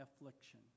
affliction